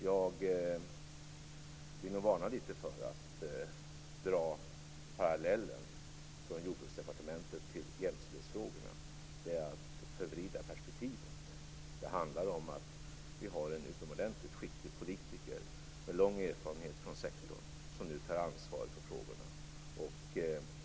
Jag vill varna litet för att dra parallellen mellan Det är att förvrida perspektivet. Det handlar om att vi har en utomordentligt skicklig politiker med lång erfarenhet från sektorn som nu tar ansvaret för dessa frågor.